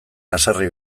haserre